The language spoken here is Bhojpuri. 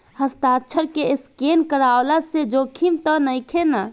हस्ताक्षर के स्केन करवला से जोखिम त नइखे न?